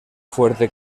fuerte